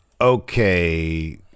Okay